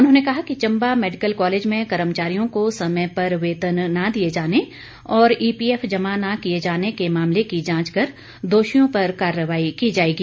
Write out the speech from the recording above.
उन्होंने कहा कि चंबा मेडिकल कालेज में कर्मचारियों को समय पर वेतन न दिए जाने और ईपीएफ जमा न किए जाने के मामले की जांच कर दोषियों पर कार्रवाई की जाएगी